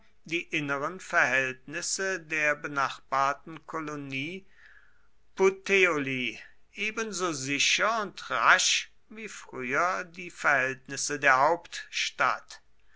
die inneren verhältnisse der benachbarten kolonie puteoli ebenso sicher und rasch wie früher die verhältnisse der hauptstadt